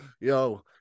yo